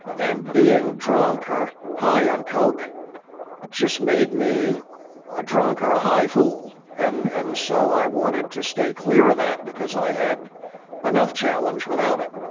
and being drunk or high on coke just made me a drunk or a high fool, and and so i wanted to stay clear of that because i had enough challenge without it.